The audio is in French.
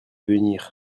venir